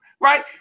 right